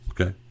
okay